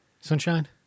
sunshine